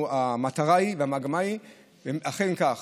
המטרה והמגמה הן אכן כך,